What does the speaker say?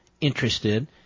interested